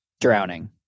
Drowning